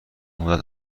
مدت